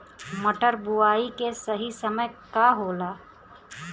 मटर बुआई के सही समय का होला?